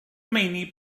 meini